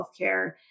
Healthcare